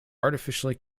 artificially